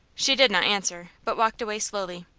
she did not answer, but walked away slowly.